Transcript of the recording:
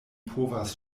povas